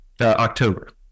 October